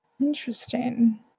Interesting